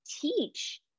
teach